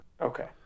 Okay